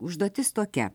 užduotis tokia